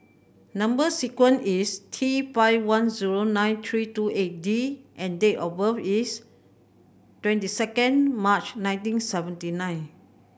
number sequence is T five one zero nine three two eight D and date of birth is twenty second March nineteen seventy nine